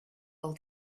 all